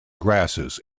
grasses